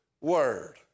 word